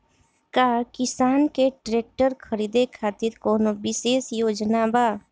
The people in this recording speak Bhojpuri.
का किसान के ट्रैक्टर खरीदें खातिर कउनों विशेष योजना बा?